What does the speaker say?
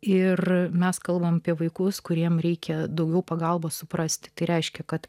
ir mes kalbame apie vaikus kuriems reikia daugiau pagalbos suprasti tai reiškia kad